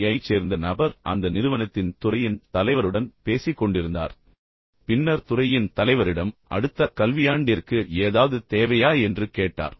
யைச் சேர்ந்த நபர் அந்த நிறுவனத்தின் துறையின் தலைவருடன் பேசிக் கொண்டிருந்தார் பின்னர் துறையின் தலைவரிடம் அடுத்த கல்வியாண்டிற்கு ஏதாவது தேவையா என்று கேட்டார்